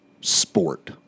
sport